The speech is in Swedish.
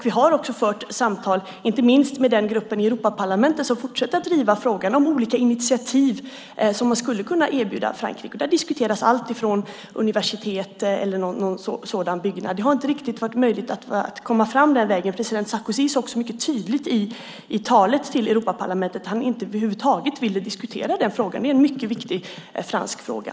Vi har också fört samtal inte minst med den grupp i Europaparlamentet som fortsätter att driva frågan om olika initiativ som man skulle kunna erbjuda Frankrike. Där diskuteras allt ifrån universitet och så vidare, men det har inte riktigt varit möjligt att komma fram den vägen. President Sarkozy sade också mycket tydligt i talet till Europaparlamentet att han över huvud taget inte ville diskutera denna mycket viktiga franska fråga.